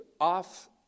off